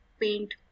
paint